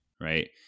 right